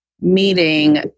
meeting